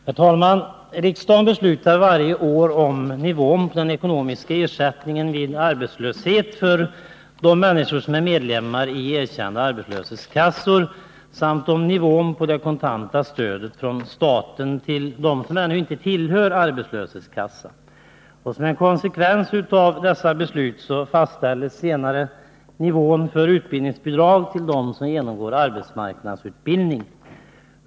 Herr talman! Riksdagen beslutar varje år om nivån på den ekonomiska ersättningen vid arbetslöshet för dem som är medlemmar i erkänd arbetslöshetskassa samt om nivån på det kontanta stödet från staten till dem som ännu inte tillhör arbetslöshetskassa. Som en konsekvens av dessa beslut fastställs senare nivån på utbildningsbidraget till dem som genomgår arbetsmarknadsutbildning.